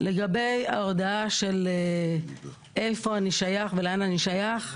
לגבי ההודעה של לאן אני שייך,